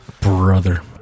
Brother